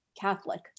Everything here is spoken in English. Catholic